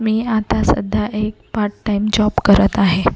मी आता सध्या एक पार्ट टाइम जॉब करत आहे